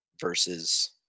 versus